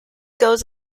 goes